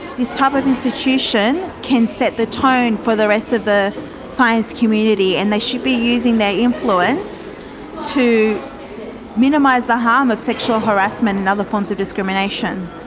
this type of institution can set the tone tone for the rest of the science community and they should be using their influence to minimise the harm of sexual harassment and other forms of discrimination.